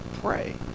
pray